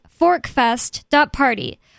ForkFest.Party